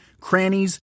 crannies